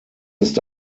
ist